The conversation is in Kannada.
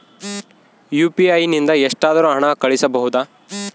ಯು.ಪಿ.ಐ ನಿಂದ ಎಷ್ಟಾದರೂ ಹಣ ಕಳಿಸಬಹುದಾ?